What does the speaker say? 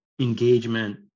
Engagement